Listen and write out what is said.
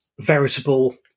veritable